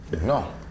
No